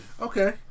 Okay